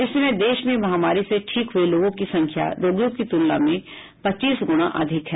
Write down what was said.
इस समय देश में महामारी से ठीक हुए लोगों की संख्या रोगियों की तुलना में पच्चीस गुणा अधिक है